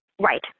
right